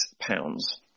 pounds